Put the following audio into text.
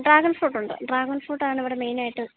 dragon fruit ഉണ്ട് dragon fruit ആണ് ഇവിടെ മെയിൻ ആയിട്ട്